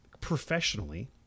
professionally